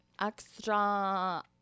extra